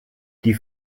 die